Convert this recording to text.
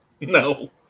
no